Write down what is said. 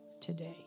today